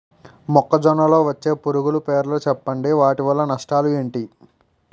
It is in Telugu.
మొక్కజొన్న లో వచ్చే పురుగుల పేర్లను చెప్పండి? వాటి వల్ల నష్టాలు ఎంటి?